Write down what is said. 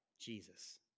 Jesus